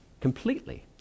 completely